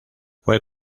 fue